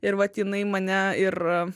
ir vat jinai mane ir